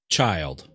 Child